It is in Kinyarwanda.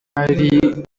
hari